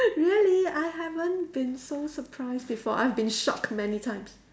really I haven't been so surprised before I've been shocked many times